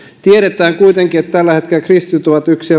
tiedetään kuitenkin että tällä hetkellä kristityt ovat yksi